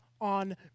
on